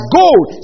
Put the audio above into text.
gold